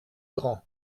grand